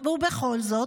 ובכל זאת,